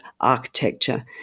architecture